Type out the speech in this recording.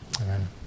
Amen